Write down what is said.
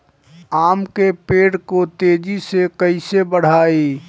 आम के पेड़ को तेजी से कईसे बढ़ाई?